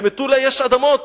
למטולה יש אדמות,